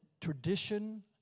tradition